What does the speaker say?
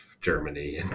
Germany